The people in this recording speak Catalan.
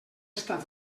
estat